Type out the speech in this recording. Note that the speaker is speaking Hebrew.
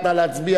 לא מתרחץ לבד.